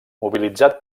mobilitzat